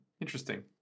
interesting